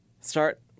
start